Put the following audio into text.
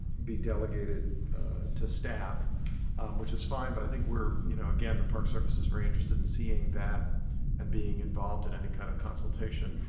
be delegated to staff which is fine, but i think we're you know again, the park service is very interested in seeing that and being involved in any kind of consultation